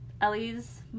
Ellie's